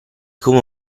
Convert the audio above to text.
come